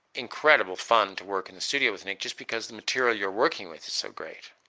incredibly fun to work in the studio with nick. just because the material you're working with is so great.